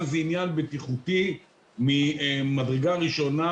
זה עניין בטיחותי ממדרגה ראשונה,